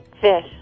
Fish